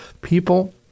People